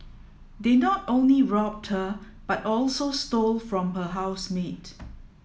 they not only robbed her but also stole from her housemate